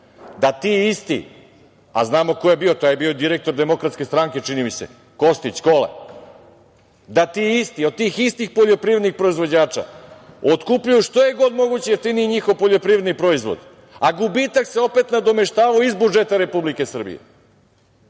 da ti isti, a znamo ko je to bio, to je bio direktor Demokratske stranke, čini mi se, Kostić, Kole, da ti isti, od tih istih poljoprivrednih proizvođača otkupljuju što je god moguće jeftinije njihov poljoprivredni proizvod, a gubitak se opet nadomeštavao iz budžeta Republike Srbije. Sad